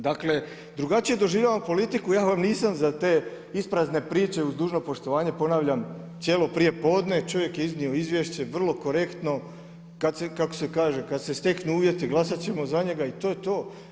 Dakle, drugačije doživljavamo politiku, ja vam nisam za te isprazne priče, uz dužno poštovanje, ponavljam, cijelo prijepodne, čovjek je iznio izvješće, vrlo korektno, kako se kaže, kad se steknu uvjeti, glasat ćemo za njega i to je to.